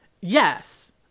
yes